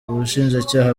ubushinjacyaha